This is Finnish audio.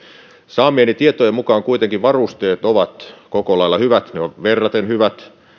saamieni tietojen mukaan kuitenkin varusteet ovat koko lailla hyvät ne ovat verraten hyvät